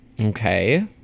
Okay